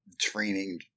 training